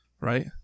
right